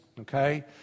okay